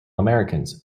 americans